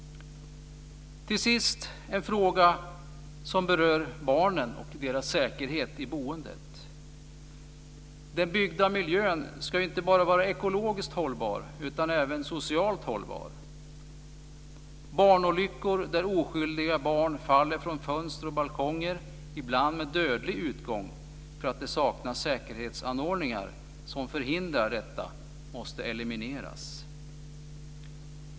Till sist vill jag ta upp en fråga som berör barnen och deras säkerhet i boendet. Den byggda miljön ska ju inte bara vara ekologiskt hållbar utan även socialt hållbar. Barnolyckor där oskyldiga barn faller från fönster och balkonger, ibland med dödlig utgång, därför att det saknas säkerhetsanordningar som förhindrar detta måste elimineras.